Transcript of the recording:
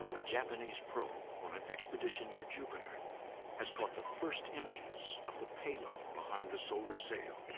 a japanese probe on an expedition near jupiter has caught the first images of the payload behind the solar sail.